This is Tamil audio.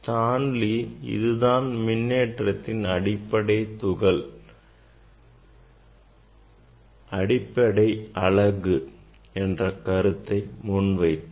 Stoney இதுதான் மின்னேற்றத்தின் அடிப்படை அலகு என்ற கருத்தை முன்வைத்தார்